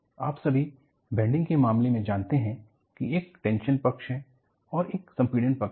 आप सभी बेंडिंग के मामले में जानते हैं कि एक टेंशन पक्ष है और एक संपीड़न पक्ष है